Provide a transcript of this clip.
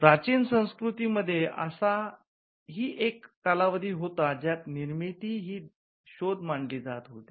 प्राचीन संस्कृतीमध्ये असा ही एक कालावधी होता की ज्यात निर्मिती ही शोध मानली जात होती